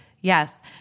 yes